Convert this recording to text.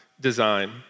design